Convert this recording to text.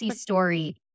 story